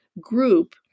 group